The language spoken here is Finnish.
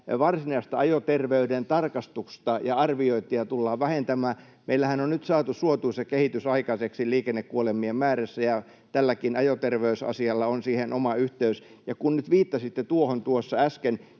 varsinaista ajoterveyden tarkastusta ja arviointia tullaan vähentämään. Meillähän on nyt saatu suotuisa kehitys aikaiseksi liikennekuolemien määrässä, ja tälläkin ajoterveysasialla on siihen oma yhteys. Kun nyt viittasitte tuohon tuossa äsken